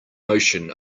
notion